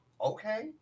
okay